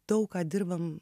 daug ką dirbam